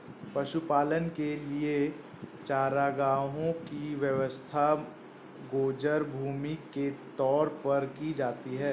पशुपालन के लिए चारागाहों की व्यवस्था गोचर भूमि के तौर पर की जाती है